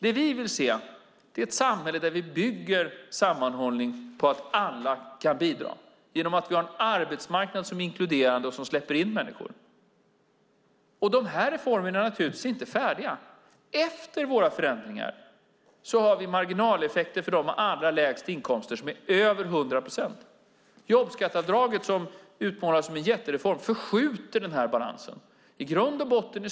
Vi vill se ett samhälle där vi bygger sammanhållning på att alla kan bidra genom att vi har en arbetsmarknad som är inkluderande och släpper in människor. Reformerna är inte färdiga. Efter våra förändringar har vi marginaleffekter för dem med allra lägst inkomster på över 100 procent. Jobbskatteavdraget, som utmålas som en jättereform, förskjuter denna balans.